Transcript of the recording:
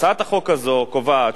הצעת החוק הזו קובעת,